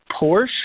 Porsche